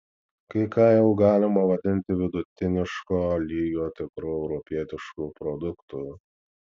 kai ką jau galima vadinti vidutiniško lygio tikru europietišku produktu